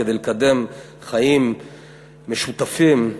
כדי לקדם חיים משותפים,